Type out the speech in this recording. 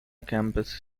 campus